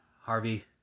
Harvey